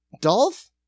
Dolph